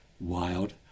wild